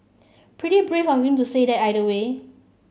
pretty brave of him to say that either way